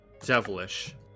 devilish